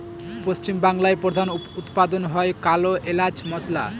পশ্চিম বাংলায় প্রধান উৎপাদন হয় কালো এলাচ মসলা